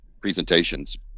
presentations